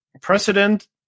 precedent